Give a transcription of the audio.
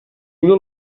una